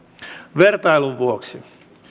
vertailun vuoksi